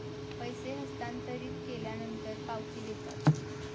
पैसे हस्तांतरित केल्यानंतर पावती देतात